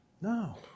No